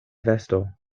vesto